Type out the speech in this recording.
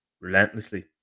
relentlessly